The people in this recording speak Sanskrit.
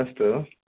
अस्तु